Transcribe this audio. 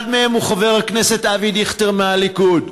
אחד מהם הוא חבר הכנסת אבי דיכטר מהליכוד,